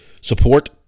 support